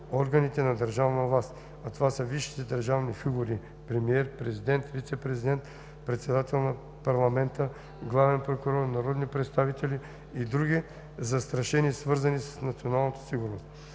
органите на държавна власт, а това са висшите държавни фигури – премиер, президент, вицепрезидент, председател на парламента, главен прокурор, народни представители и други застрашени, свързани с националната сигурност.